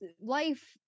life